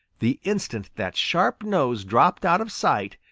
the instant that sharp nose dropped out of sight,